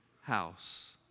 house